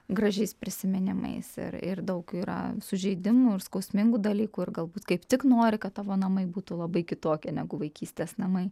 gražiais prisiminimais ir ir daug yra sužeidimų ir skausmingų dalykų ir galbūt kaip tik nori kad tavo namai būtų labai kitokie negu vaikystės namai